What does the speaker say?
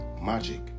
magic